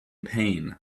pain